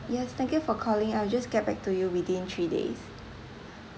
yes thank you for calling I will just get back to you within three days